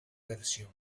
versión